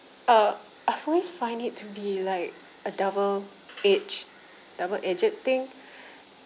uh I've always find it to be like a double edged double edged thing